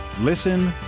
Listen